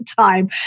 time